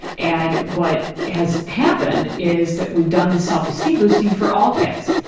and what has happened is that we've done this self-esteem boosting for all kids,